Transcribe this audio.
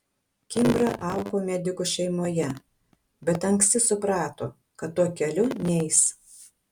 kimbra augo medikų šeimoje bet anksti suprato kad tuo keliu neis